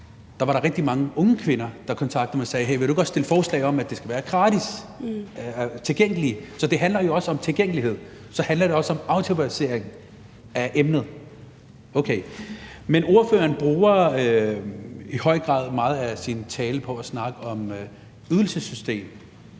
så var der rigtig mange unge kvinder, der kontaktede mig og sagde: Hey, vil du ikke også stille forslag om, at det skal være gratis tilgængeligt. Så det handler jo også om tilgængelighed. Og det handler også om aftabuisering af emnet. Okay. Men ordføreren bruger i høj grad meget af sin tale på at snakke om ydelsessystem.